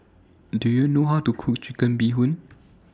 Do YOU know How to Cook Chicken Bee Hoon